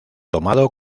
tomado